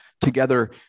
together